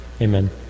Amen